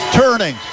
turning